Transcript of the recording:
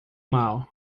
mal